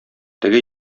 теге